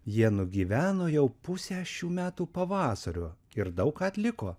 jie nugyveno jau pusę šių metų pavasario ir daug ką atliko